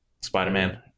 Spider-Man